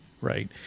right